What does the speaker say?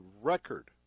record